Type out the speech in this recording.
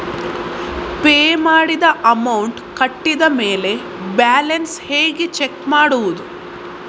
Pay ಮಾಡಿದ amount ಕಟ್ಟಿದ ಮೇಲೆ ಬ್ಯಾಲೆನ್ಸ್ ಹೇಗೆ ಚೆಕ್ ಮಾಡುವುದು?